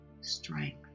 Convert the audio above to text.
strength